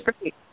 great